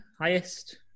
highest